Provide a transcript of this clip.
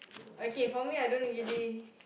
okay for me I don't really